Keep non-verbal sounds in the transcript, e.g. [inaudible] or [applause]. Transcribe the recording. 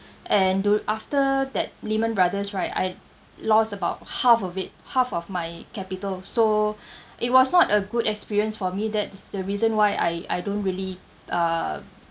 and do~ after that lehman brother's right I lost about half of it half of my capital so [breath] it was not a good experience for me that is the reason why I I don't really uh